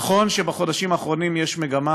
נכון שבחודשים האחרונים יש מגמה,